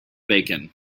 bacon